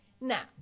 Now